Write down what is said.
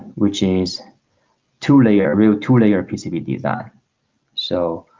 which is to layer real to layer pcb design so